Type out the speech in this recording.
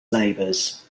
labors